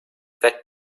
that